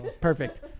perfect